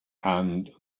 and